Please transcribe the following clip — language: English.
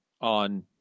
on